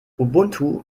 ubuntu